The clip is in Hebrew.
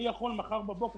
אני יכול מחר בבוקר,